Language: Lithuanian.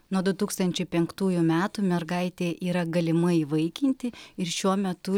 nuo du tūkstančiai penktųjų metų mergaitė yra galima įvaikinti ir šiuo metu